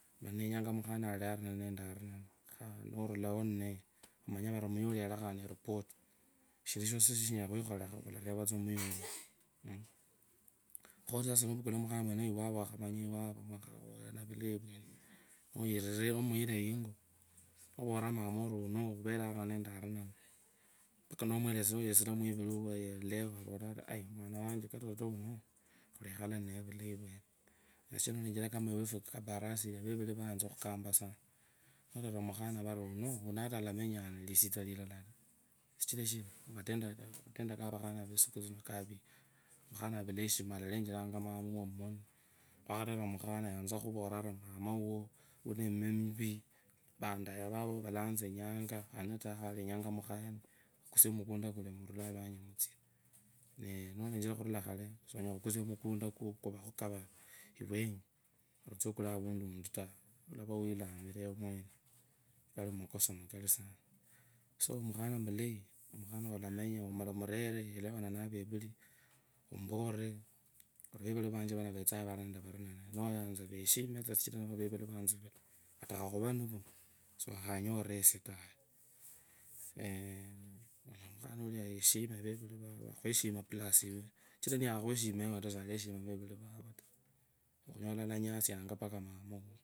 Mani, nenyanga mukhali ali arinana alinana, khonimurukio ninaye vamanye vali muya uliya yalakha ano eripoti shindu shosishosi nishikholekha mulareva uvuyo oyuu, kho sasa nurukulu mukhana wenayo iwavo wakhamanya iwaru, niwelezea mama wawo mpaka avule aria iii mwana wanje katutu wuno khulekhala ninaye vulayi vwenee. Sichira nulechera iwefu kabras vevuli rayanza khukampaa sanci norerire mukhana vari wuno ata alemenya yano lisitsu lilalataa kachira vakhana vetsisuku tsino vavya vavula eshimo valalecheranya mama wuwo mumoni wakhorera mukhuna yanze khukhuvurera uri mamo wuwo winemima mvii wandaye vavo valatsinganga, khone taa wanyanga mukhaa mukusie mukunda kuno mulure alwanyi nee, nulechera khurula khale sonyala khukusi mukunda kwavakhukava iwenyu utsie ukule owundi wundi taa mukhana mulayi ni mukhane welawane ne ovevuli, muvuree, ori, vevuli vanje vavenzanga vori nende vari, veshimee tsaa sichira nivuratsivula atakhakhuva nivo wakhanyurire esie taa eeeh mukhana akhweshime yiwe yeshime avevuli vovo kachira nakhakweshima lwe ukinyola wonyasianga ata mama wuwo.